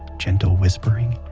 gentle whispering,